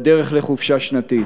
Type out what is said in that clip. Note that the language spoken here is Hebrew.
בדרך לחופשה שנתית.